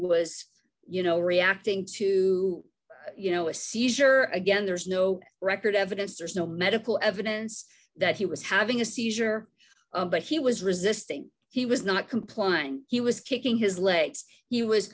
was you know reacting to you know a seizure again there's no record evidence there's no medical evidence that he was having a seizure but he was resisting he was not complying he was kicking his legs he was